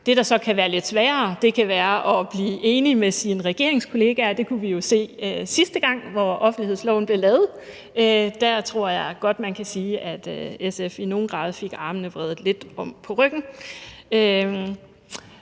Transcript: Det, der så kan være lidt sværere, kan være at blive enig med sine regeringskollegaer. Det kunne vi jo se sidste gang, hvor offentlighedsloven blev lavet. Der tror jeg godt, at man kan sige, at SF i nogen grad fik armene vredet lidt om på ryggen,